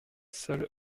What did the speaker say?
seul